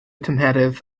tymheredd